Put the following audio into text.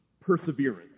perseverance